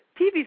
TV